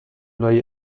لای